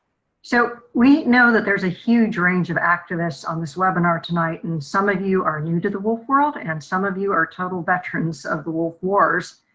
so we know that there's a huge range of activists on this webinar tonight and some of you are new to the wolf world and some of you are total veterans of the wolf wars.